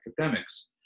academics